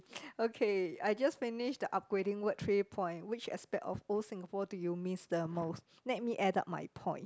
okay I just finished the upgrading word three point which aspect of old Singapore do you miss the most let me add up my point